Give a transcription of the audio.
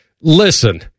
Listen